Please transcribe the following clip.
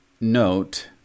Note